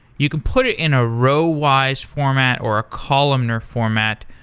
you could put it in a row-wise format, or a columnar format.